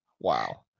Wow